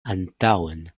antaŭen